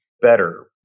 better